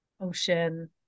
Ocean